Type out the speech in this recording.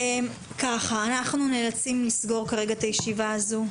אנחנו נאלצים לסגור כרגע את הישיבה הזו,